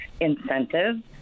incentives